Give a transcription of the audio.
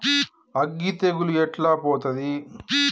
అగ్గి తెగులు ఎట్లా పోతది?